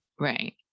Right